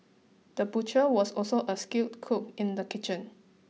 the butcher was also a skilled cook in the kitchen